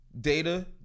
Data